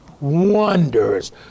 wonders